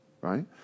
right